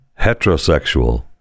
heterosexual